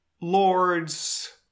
lords